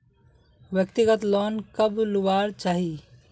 व्यक्तिगत लोन कब लुबार चही?